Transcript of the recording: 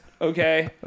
Okay